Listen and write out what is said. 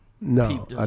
No